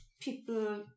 people